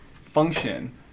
function